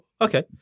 Okay